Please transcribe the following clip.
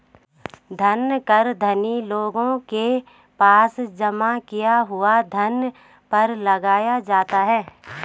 धन कर धनी लोगों के पास जमा किए हुए धन पर लगाया जाता है